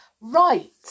Right